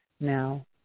Now